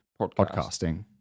podcasting